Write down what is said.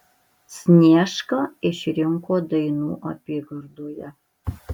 sniešką išrinko dainų apygardoje